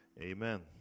Amen